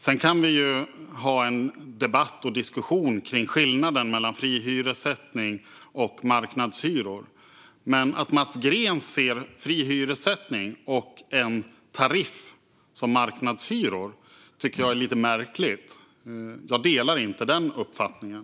Visst kan vi ha en debatt och diskussion om skillnaden mellan fri hyressättning och marknadshyror, men att Mats Green ser fri hyressättning och en tariff som marknadshyror tycker jag är lite märkligt. Jag delar inte den uppfattningen.